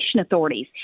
authorities